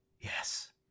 Yes